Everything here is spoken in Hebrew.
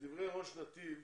לדברי ראש נתיב